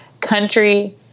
country